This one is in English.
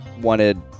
wanted